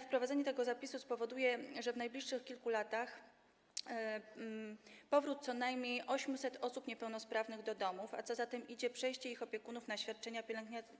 Wprowadzenie tego zapisu spowoduje w najbliższych kilku latach powrót co najmniej 800 osób niepełnosprawnych do domów, a co za tym idzie, przejście ich opiekunów na świadczenia